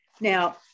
now